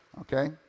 okay